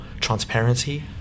transparency